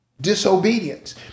disobedience